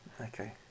Okay